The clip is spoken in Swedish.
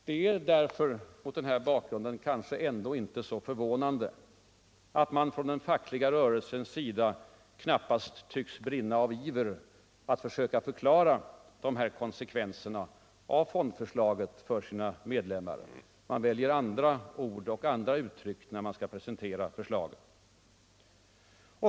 Det är mot den bakgrunden kanske inte så förvånande, att man från den fackliga rörelsens sida knappast tycks brinna av iver att söka förklara dessa konsekvenser av fondförslaget för sina medlemmar. Man väljer andra ord och uttryck när man skall presentera förslaget.